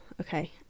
okay